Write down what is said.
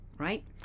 right